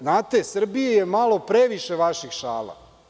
Znate, Srbiji je malo previše vaših šala.